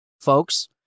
Folks